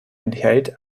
enthält